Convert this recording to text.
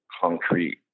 concrete